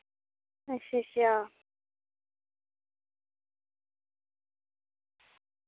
अच्छा अच्छा